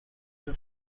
for